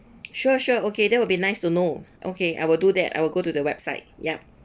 sure sure okay that will be nice to know okay I will do that I will go to the website yup